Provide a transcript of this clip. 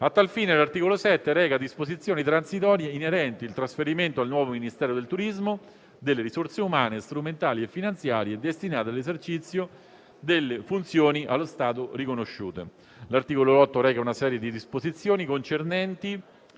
A tal fine l'articolo 7 reca disposizioni transitorie inerenti il trasferimento al nuovo Ministero del turismo delle risorse umane, strumentali e finanziarie destinate all'esercizio delle funzioni allo stato riconosciute. L'articolo 8 reca una serie di disposizioni concernenti